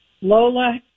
Lola